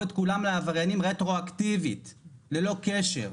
את כולם לעבריינים רטרואקטיבית ללא קשר,